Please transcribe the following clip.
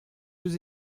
deux